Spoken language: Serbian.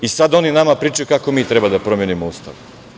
I sad oni nama pričaju kako mi treba da promenimo Ustav.